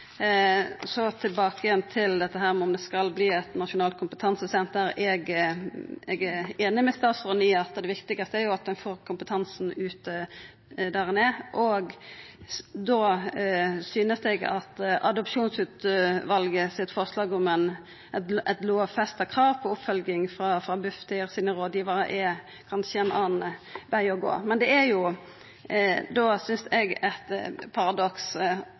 Så tilbake til dette med om vi skal ha eit nasjonalt kompetansesenter. Eg er einig med statsråden i at det viktigaste er at ein får kompetansen ut der ein er, og da synest eg at Adopsjonslovutvalgets forslag om eit lovfesta krav på oppfølging frå Bufdir sine rådgivarar kanskje er ein annan veg å gå. Men det er jo da, synest eg, eit paradoks